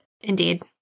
Indeed